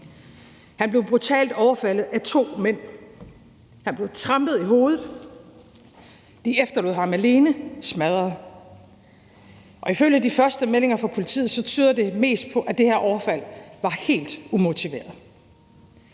Han blev brutalt overfaldet af to mænd. Han blev trampet i hovedet. De efterlod ham alene og smadret. Ifølge de første meldinger fra politiet tyder det mest på, at det her overfald var helt umotiveret.